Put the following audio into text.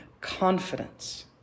confidence